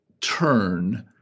turn